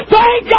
Thank